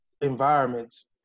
environments